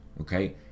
okay